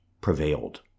prevailed